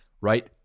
right